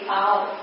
out